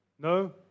No